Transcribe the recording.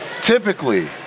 Typically